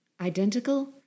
Identical